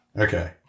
Okay